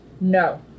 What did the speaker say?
No